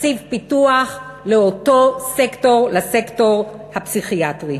תקציב פיתוח לאותו סקטור, לסקטור הפסיכיאטרי.